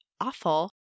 awful